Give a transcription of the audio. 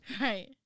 Right